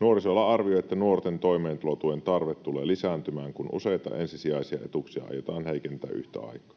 Nuorisoala arvioi, että nuorten toimeentulotuen tarve tulee lisääntymään, kun useita ensisijaisia etuuksia aiotaan heikentää yhtä aikaa.